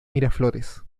miraflores